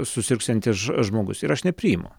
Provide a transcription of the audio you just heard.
susirgsiantis žmogus ir aš nepriimu